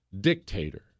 dictator